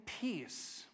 Peace